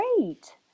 great